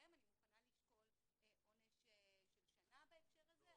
אני מוכנה לשקול עונש של שנה בהקשר הזה.